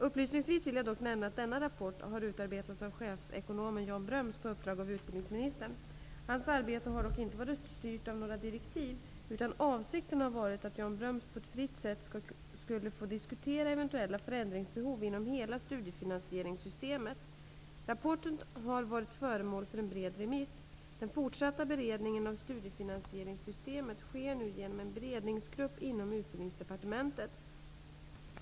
Upplysningsvis vill jag dock nämna att denna rapport har utarbetats av chefsekonomen Jan Bröms på uppdrag av utbildningsministern. Hans arbete har dock inte varit styrt av några direktiv, utan avsikten har varit att Jan Bröms på ett fritt sätt skulle få diskutera eventuella förändringsbehov inom hela studiefinansieringssystemet. Rapporten har varit föremål för en bred remiss. Den fortsatta beredningen av studiefinansieringssystemet sker nu genom en beredningsgrupp inom Utbildningsdepartementet.